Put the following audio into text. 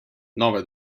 nove